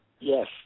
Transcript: Yes